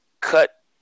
Cut